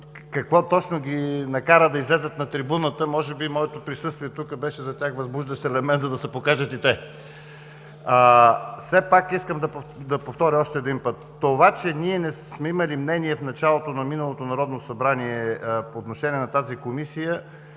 какво точно ги накара да излязат на трибуната. Може би моето присъствие тук беше за тях възбуждащ елемент, за да се покажат и те?! Все пак искам да повторя още един път: това, че ние не сме имали мнение в началото на миналото Народно събрание по отношение на тази Комисия